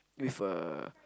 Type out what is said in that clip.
with a